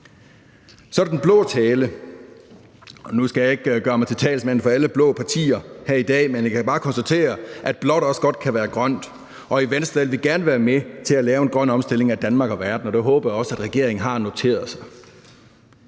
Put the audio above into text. Så er der den blå tale. Nu skal jeg ikke gøre mig til talsmand for alle blå partier her i dag, men jeg kan bare konstatere, at blåt også godt kan være grønt, og i Venstre vil vi gerne være med til at lave en grøn omstilling af Danmark og verden. Og det håber jeg også at regeringen har noteret sig.